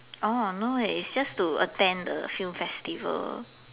oh no leh is just to attend the film festival